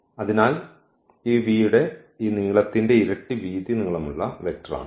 അതിനാൽ ഈ v ന്റെ ഈ നീളത്തിന്റെ ഇരട്ടി വീതി നീളമുള്ള വെക്റ്ററാണ്